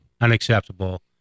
unacceptable